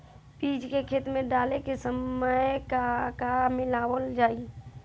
बीज खेत मे डाले के सामय का का मिलावल जाई?